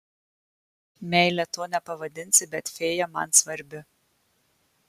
meile to nepavadinsi bet fėja man svarbi